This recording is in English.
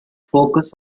focus